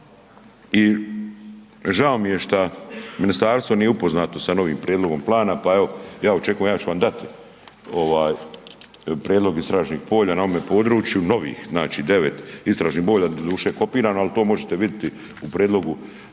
I žao mi je šta ministarstvo nije upoznato sa novim prijedlogom plana, pa evo ja očekujem ja ću vam dati ovaj prijedlog istražnih na ovome području, novih znači 9 istražnih polja, doduše kopirano ali to možete vidjeti u prijedlogu